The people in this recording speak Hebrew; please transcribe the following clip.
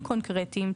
קונקרטיים,